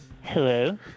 Hello